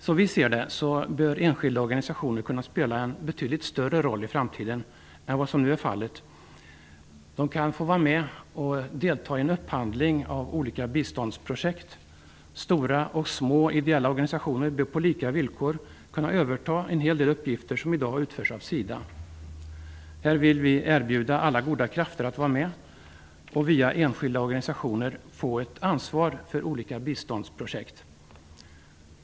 Som vi ser det bör enskilda organisationer kunna spela en betydligt större roll än vad som nu är fallet genom att de får vara med och delta i en upphandling av olika biståndsprojekt. Stora och små ideella organisationer bör på lika villkor kunna överta en hel del uppgifter som i dag utförs av SIDA. Här vill vi erbjuda alla goda krafter att vara med och via enskilda organisationer få ett ansvar för olika biståndsprojekt.